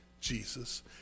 Jesus